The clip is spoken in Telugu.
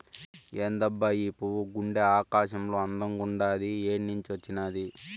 ఏందబ్బా ఈ పువ్వు గుండె ఆకారంలో అందంగుండాది ఏన్నించొచ్చినాది